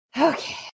Okay